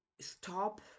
stop